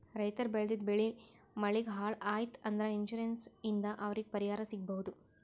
ರೈತರ್ ಬೆಳೆದಿದ್ದ್ ಬೆಳಿ ಮಳಿಗ್ ಹಾಳ್ ಆಯ್ತ್ ಅಂದ್ರ ಇನ್ಶೂರೆನ್ಸ್ ಇಂದ್ ಅವ್ರಿಗ್ ಪರಿಹಾರ್ ಸಿಗ್ಬಹುದ್